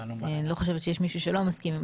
אני לא חושבת שיש מישהו שלא מסכים עם